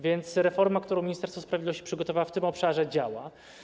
Więc reforma, którą Ministerstwo Sprawiedliwości przygotowało w tym obszarze, działa.